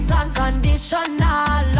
unconditional